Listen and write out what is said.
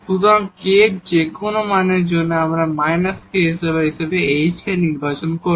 সুতরাং k এর যেকোনো মানের জন্য আমরা −ksr হিসেবে h কে নির্বাচন করব